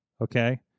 okay